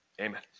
Amen